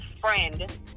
friend